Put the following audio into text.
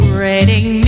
rating